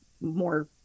more